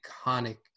iconic